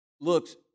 looks